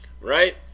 Right